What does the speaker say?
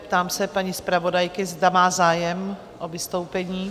Ptám se paní zpravodajky, zda má zájem o vystoupení.